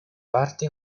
parti